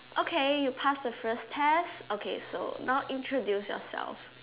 okay you pass the first test okay so now introduce yourself